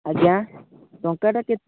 ଆଜ୍ଞା ଟଙ୍କାଟା କେତେ